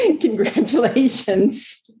Congratulations